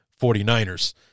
49ers